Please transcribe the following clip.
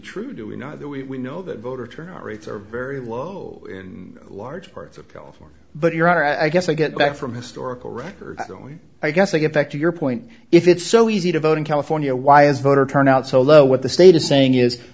true do we know that we know that voter turnout rates are very low in large parts of california but your i guess i get back from historical record i don't i guess i get back to your point if it's so easy to vote in california why is voter turnout so low what the state is saying is